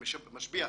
משביח